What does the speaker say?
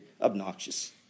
obnoxious